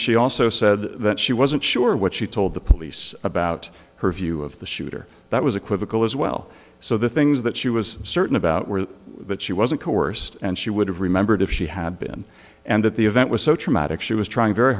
she also said that she wasn't sure what she told the police about her view of the shooter that was a quizzical as well so the things that she was certain about were that she wasn't coerced and she would have remembered if she had been and that the event was so traumatic she was trying very